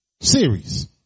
series